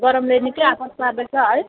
गरमले निकै आपद पार्दैछ है